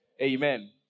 Amen